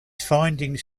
findings